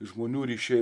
žmonių ryšiai